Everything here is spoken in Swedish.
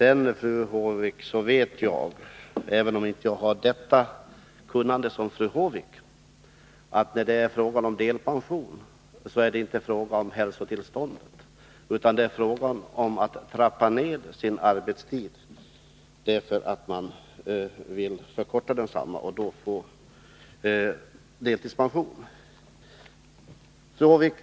Även om jag inte har samma kunnande som fru Håvik, vet jag att det vid delpension inte är fråga om hälsotillståndet utan gäller en önskan att minska arbetstiden.